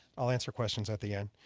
i'll answer questions at the end.